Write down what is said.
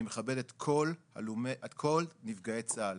ואני מכבד את כל נפגעי צה"ל,